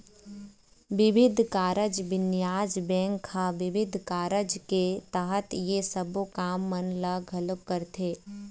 बिबिध कारज बानिज्य बेंक ह बिबिध कारज के तहत ये सबो काम मन ल घलोक करथे